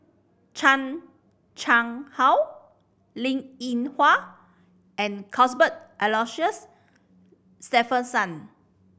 Chan Chang How Linn In Hua and Cuthbert Aloysius Shepherdson